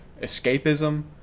escapism